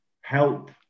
help